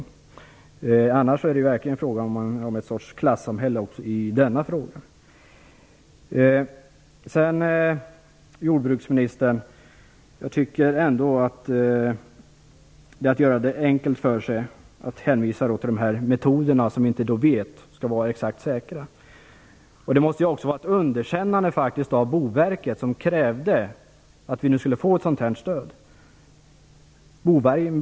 I annat fall är det verkligen fråga om en sorts klassamhälle också i denna fråga. Jag tycker ändå, jordbruksministern, att det är att göra det enkelt för sig att hänvisa till olika metoder - vi vet ju inte om de är helt säkra. Det måste också vara fråga om ett underkännande av Boverket, som krävt ett sådant här stöd.